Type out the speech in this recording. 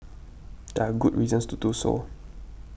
there are good reasons to do so